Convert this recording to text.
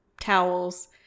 towels